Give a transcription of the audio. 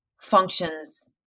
functions